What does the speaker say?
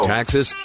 Taxes